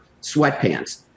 sweatpants